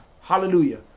Hallelujah